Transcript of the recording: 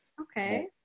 Okay